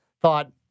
thought